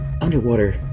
underwater